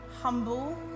humble